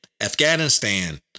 Afghanistan